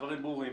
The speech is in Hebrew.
הדברים ברורים.